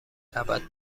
ابد